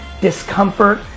discomfort